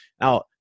Now